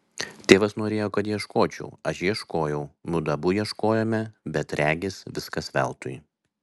tėvas norėjo kad ieškočiau aš ieškojau mudu abu ieškojome bet regis viskas veltui